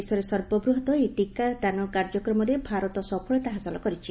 ବିଶ୍ୱରେ ସର୍ବବୃହତ୍ ଏହି ଟିକାଦାନ କାର୍ଯ୍ୟକ୍ରମରେ ଭାରତ ସଫଳତା ହାସଲ କରିଛି